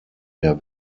der